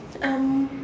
um